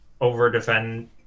over-defend